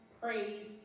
praise